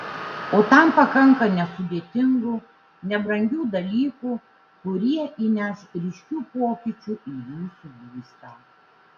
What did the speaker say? o tam pakanka nesudėtingų nebrangių dalykų kurie įneš ryškių pokyčių į jūsų būstą